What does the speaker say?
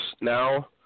now